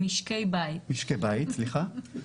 משקי בית, סליחה.